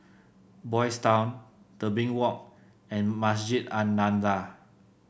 Boys' Town Tebing Walk and Masjid An Nahdhah